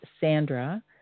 Sandra